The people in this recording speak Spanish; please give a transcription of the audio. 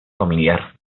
familiar